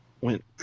went